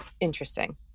Interesting